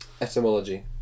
Etymology